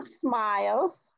Smiles